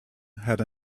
had